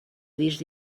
discs